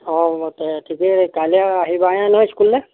অঁ তে ঠিকেই কাইলৈ আহিবায়ে নহয় স্কুললৈ